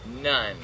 None